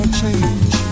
change